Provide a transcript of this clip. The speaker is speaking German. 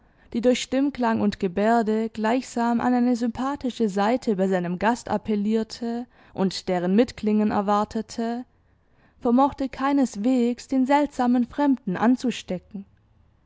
die durch stimmklang und geberde gleichsam an eine sympathische saite bei seinem gast appellierte und deren mitklingen erwartete vermochte keineswegs den seltsamen fremden anzustecken